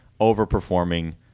overperforming